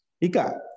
Ika